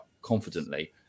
Confidently